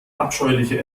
abscheuliche